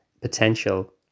potential